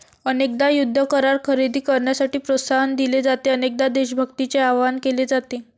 अनेकदा युद्ध करार खरेदी करण्यासाठी प्रोत्साहन दिले जाते, अनेकदा देशभक्तीचे आवाहन केले जाते